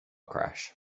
crash